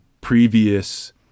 previous